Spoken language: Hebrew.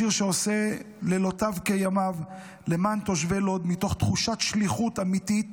ראש עיר שעושה לילותיו כימיו למען תושבי לוד מתוך תחושת שליחות אמיתית,